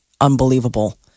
unbelievable